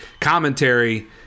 commentary